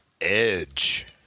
edge